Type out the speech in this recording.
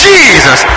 Jesus